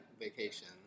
vacation